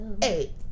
hey